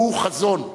הוא חזון,